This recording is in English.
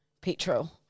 Petrol